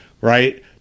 right